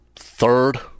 Third